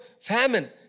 famine